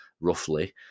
roughly